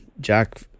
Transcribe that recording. Jack